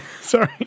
sorry